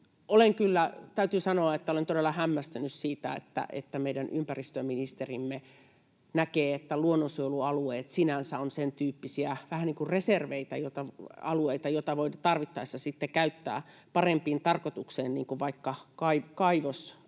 kyllä todella hämmästynyt siitä, että meidän ympäristöministerimme näkee, että luonnonsuojelualueet sinänsä ovat sen tyyppisiä — vähän niin kuin reservejä — alueita, joita voi tarvittaessa sitten käyttää parempiin tarkoituksiin, niin kuin vaikka kaivosalueiksi.